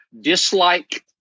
dislike